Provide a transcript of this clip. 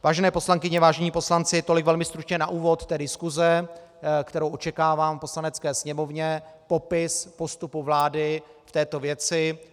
Vážené poslankyně, vážení poslanci, tolik velmi stručně na úvod té diskuse, kterou očekávám v Poslanecké sněmovně, popis postupu vlády v této věci.